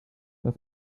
das